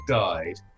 died